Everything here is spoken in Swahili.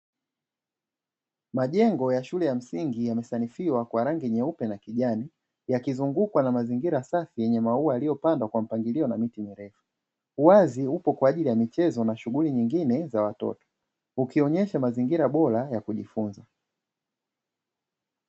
Majengo ya shule ya msingi yamesanifiwa kwa rangi nyeupe na kijani, yakizungukwa na mazingira safi yenye maua yaliyopandwa kwa mpangilio na miti mirefu. Uwazi upo kwa ajili ya michezo na shughuli nyingine za watoto, ukionyesha mazingira bora ya kujifunza.